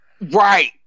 Right